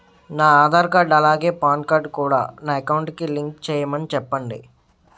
నా ఆధార్ కార్డ్ అలాగే PAN card కూడా నా అకౌంట్ కి లింక్ చేయమని చెప్పండి